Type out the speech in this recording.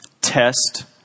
Test